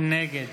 נגד